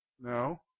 No